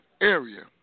area